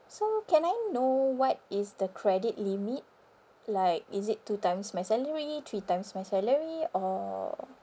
so can I know what is the credit limit like is it two times my salary three times my salary or